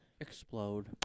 Explode